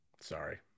Sorry